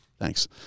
Thanks